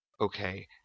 okay